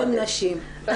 קודם נשים.